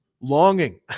longing